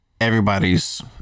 everybody's